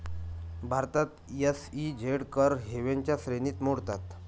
भारतात एस.ई.झेड कर हेवनच्या श्रेणीत मोडतात